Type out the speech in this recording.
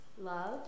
love